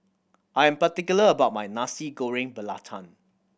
I am particular about my Nasi Goreng Belacan